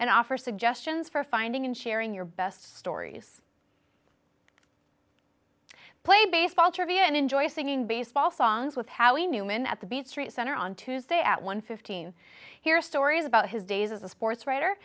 and offer suggestions for finding and sharing your best stories play baseball trivia and enjoy singing baseball songs with howie newman at the b street center on tuesday at one fifteen hear stories about his days as a sportswriter